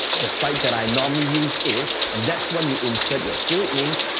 the site that i normally use is, and that's when you insert your affiliate link,